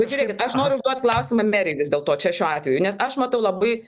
bet žiūrėkit aš noriu užduot klausimą merei vis dėl to čia šiuo atveju nes aš matau labai